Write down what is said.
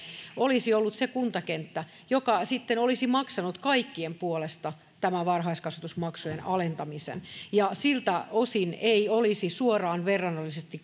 olisi ollut se kuntakenttä joka sitten olisi maksanut kaikkien puolesta tämän varhaiskasvatusmaksujen alentamisen siltä osin ei olisi suoraan verrannollisesti